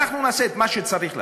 אנחנו נעשה את מה שצריך לעשות.